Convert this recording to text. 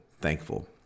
thankful